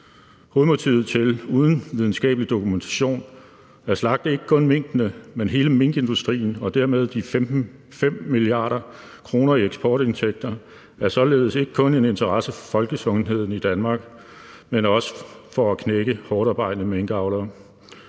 Hovedmotivet til uden videnskabelig dokumentation at slagte ikke kun minkene, men hele minkindustrien og dermed tabe de 5 mia. kr. i eksportindtægter, er således ikke kun en interesse for folkesundheden i Danmark, men også for at knække hårdtarbejdende minkavlere.